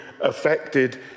affected